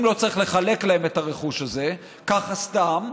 לא צריך לחלק להם את הרכוש הזה ככה סתם,